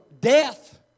death